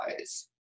eyes